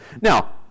Now